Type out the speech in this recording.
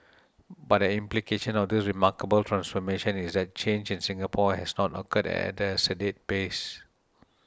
but an implication of this remarkable transformation is that change in Singapore has not occurred at a sedate pace